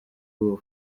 wowe